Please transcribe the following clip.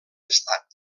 estat